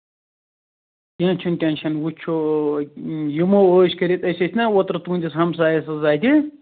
کیٚنٛہہ چھُنہٕ ٹینشن وُچھو یِمو ٲش کٔرِتھ أسۍ ٲسۍ نہ اوترٕ تُہٕنٛدِس ہَمسایَس حظ اَتہِ